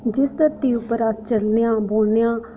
जिस धरती उप्पर अस चलने आं बौह्न्ने आं